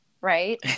right